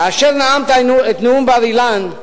כאשר נאמת את נאום בר-אילן,